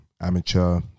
amateur